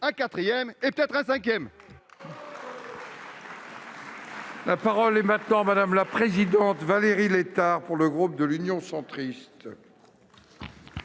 un quatrième et, peut-être, un cinquième